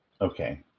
Okay